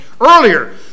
earlier